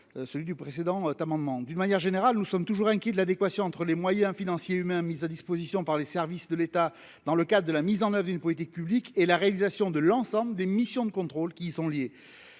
celui du précédent autre amendement d'une manière générale, nous sommes toujours inquiets de l'adéquation entre les moyens financiers et humains mis à disposition par les services de l'État dans le cas de la mise en oeuvre une politique publique et la réalisation de l'ensemble des missions de contrôle qui sont liés